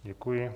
Děkuji.